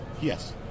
Yes